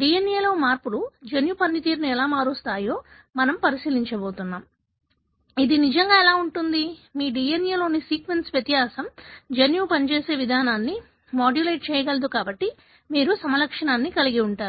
DNA లో మార్పులు జన్యు పనితీరును ఎలా మారుస్తాయో మనం పరిశీలించబోతున్నాం ఇది నిజంగా ఎలా ఉంటుంది మీ DNA లోని సీక్వెన్స్ వ్యత్యాసం జన్యువు పనిచేసే విధానాన్ని మాడ్యులేట్ చేయగలదు కాబట్టి మీరు సమలక్షణాన్ని కలిగి ఉంటారు